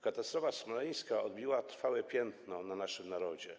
Katastrofa smoleńska odcisnęła trwałe piętno na naszym narodzie.